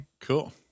cool